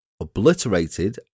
Obliterated